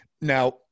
Now